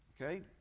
okay